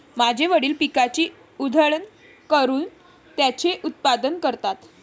माझे वडील पिकाची उधळण करून त्याचे उत्पादन करतात